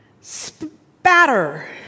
spatter